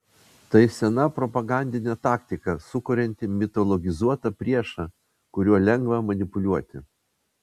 tai sena propagandinė taktika sukuriantį mitologizuotą priešą kuriuo lengva manipuliuoti